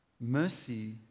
Mercy